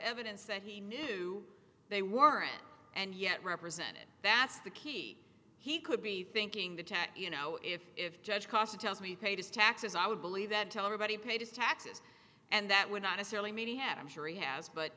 evidence that he knew they weren't and yet represented that's the key he could be thinking the tat you know if if judge casa tells me paid his taxes i would believe that tell everybody paid his taxes and that would not necessarily mean he had i'm sure he has but